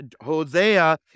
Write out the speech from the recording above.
Hosea